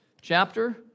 chapter